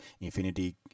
Infinity